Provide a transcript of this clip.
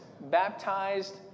baptized